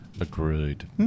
Agreed